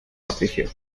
patricio